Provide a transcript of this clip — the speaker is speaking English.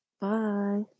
Bye